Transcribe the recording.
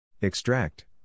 Extract